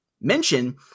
mention